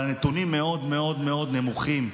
אבל הנתונים מאוד מאוד מאוד נמוכים.